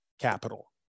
capital